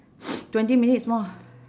twenty minutes more